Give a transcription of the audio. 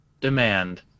demand